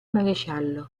maresciallo